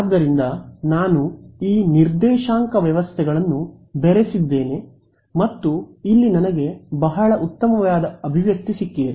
ಆದ್ದರಿಂದ ನಾನು ಈ ನಿರ್ದೇಶಾಂಕ ವ್ಯವಸ್ಥೆಗಳನ್ನು ಸೇರಿಸಿದ್ದೇನೆ ಮತ್ತು ಇಲ್ಲಿ ನನಗೆ ಬಹಳ ಉತ್ತಮವಾದ ಅಭಿವ್ಯಕ್ತಿ ಸಿಕ್ಕಿದೆ